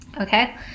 okay